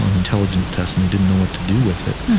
and intelligence tests and they didn't know what to do with it,